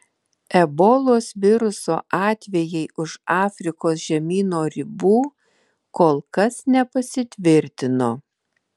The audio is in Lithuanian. ebolos viruso atvejai už afrikos žemyno ribų kol kas nepasitvirtino